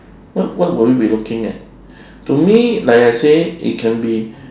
what what will you be looking at to me like I say it can be